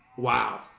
Wow